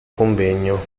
convegno